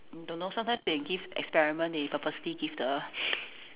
don't know sometimes they give experiment they purposely give the